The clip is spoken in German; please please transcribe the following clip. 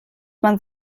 man